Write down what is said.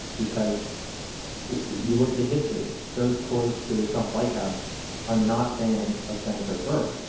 because you look at the history, those close to the trump white house are not fans of senator burr,